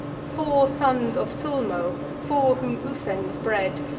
four sons of sulmo, four whom ufens bred,